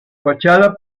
fachada